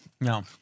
No